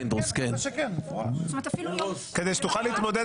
פינדרוס, כדי שתוכל להתמודד